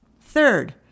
Third